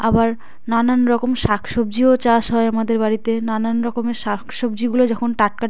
আবার নানান রকম শাক সবজিও চাষ হয় আমাদের বাড়িতে নানান রকমের শাক সবজিগুলো যখন টাটকা